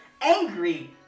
angry